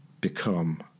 become